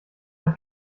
man